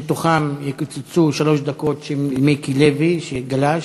מתוכן יקוצצו שלוש דקות של מיקי לוי שגלש.